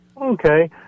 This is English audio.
Okay